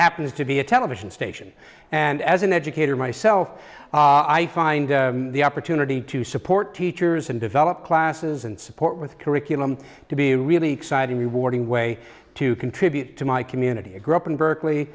happens to be a television station and as an educator myself i find the opportunity to support teachers and develop classes and support with curriculum to be really exciting rewarding way to contribute to my community grew up in berkeley